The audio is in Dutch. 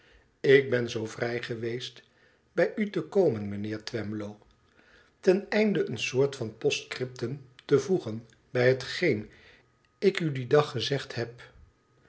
ik ben zoo vrij geweest bij u te komen mijnheer twemlow ten einde een soort van postcriptum te voegen bij hetgeen ik u dien dag gezegd heb